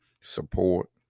support